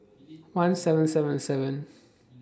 one seven seven seven